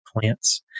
plants